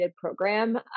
program